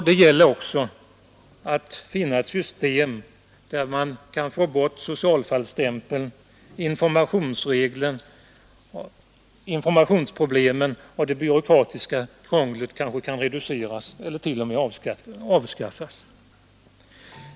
Det gäller också att finna ett system där man kan få bort socialfallsstämpeln, där informationsproblemen och det byråkratiska krånglet kan reduceras — kanske till och med avskaffas.